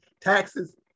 taxes